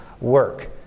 work